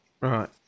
Right